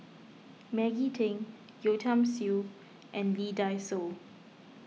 Maggie Teng Yeo Tiam Siew and Lee Dai Soh